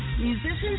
musicians